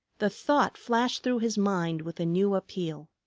the thought flashed through his mind with a new appeal.